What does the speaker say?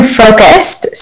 focused